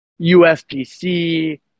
USDC